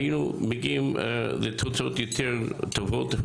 היו מגיעים לתוצאות יותר טובות.